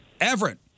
Everett